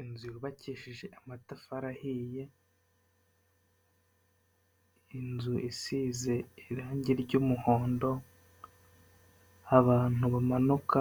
Inzu yubakishije amatafari ahiye, inzu isize irangi ry'umuhondo, abantu bamanuka